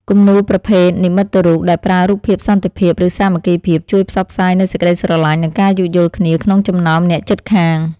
គំនូរប្រភេទ និមិត្តរូប ដែលប្រើរូបភាពសន្តិភាព ឬសាមគ្គីភាព ជួយផ្សព្វផ្សាយនូវសេចក្ដីស្រឡាញ់ និងការយោគយល់គ្នាក្នុងចំណោមអ្នកជិតខាង។